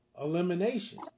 elimination